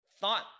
thought